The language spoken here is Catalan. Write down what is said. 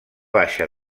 baixa